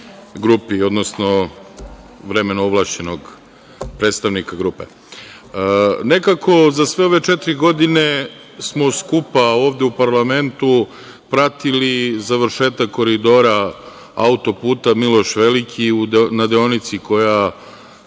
odnosno, vremenu ovlašćenog predstavnika grupe. Nekako za sve četiri godine smo skupa ovde u parlamentu pratili završetak Koridora, autoputa Miloš Veliki, na deonici koja